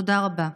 תודה רבה.